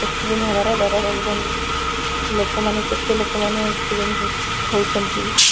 accident ହେବାର ଡର ରହିବନି ଲୋକମାନେ କେତେ ଲୋକମାନେ ଏକ୍ସିଡ଼େଣ୍ଟ ହେ ହଉଛନ୍ତି